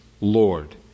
Lord